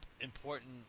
important